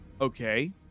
Okay